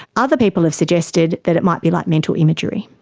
other people have suggested that it might be like mental imagery,